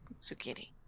zucchini